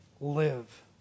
live